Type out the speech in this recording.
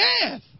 death